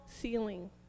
ceiling